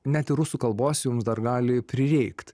net ir rusų kalbos jums dar gali prireikt